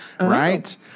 Right